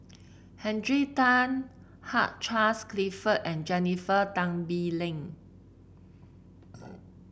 Hundred Tan Hugh Charles Clifford and Jennifer Tan Bee Leng